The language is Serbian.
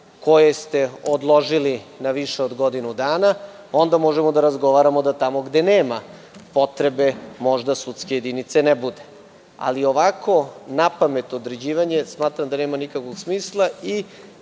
koje ste odložili na više od godinu dana, onda možemo da razgovaramo tamo gde nema potrebe i da sudske jedinice ne bude. Ovako, napamet određivanje smatram da nema nikakvog smisla i